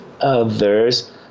others